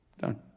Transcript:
Done